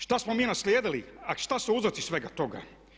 Šta smo mi naslijedili a šta su uzroci svega toga?